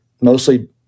mostly